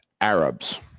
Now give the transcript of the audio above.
Arabs